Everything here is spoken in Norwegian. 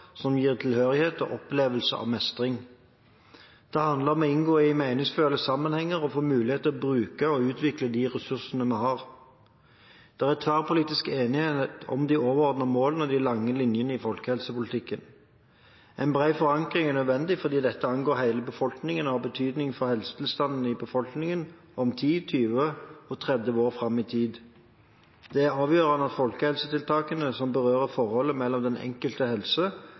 som gir tilhørighet og opplevelse av mestring. Det handler om å inngå i meningsfylte sammenhenger og få mulighet til å bruke og utvikle de ressursene vi har. Det er tverrpolitisk enighet om de overordnede målene og de lange linjene i folkehelsepolitikken. En bred forankring er nødvendig fordi dette angår hele befolkningen og har betydning for helsetilstanden i befolkningen 10, 20 og 30 år fram i tid. Det er avgjørende at folkehelsetiltakene som berører forholdet mellom den enkeltes helse